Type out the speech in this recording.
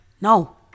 No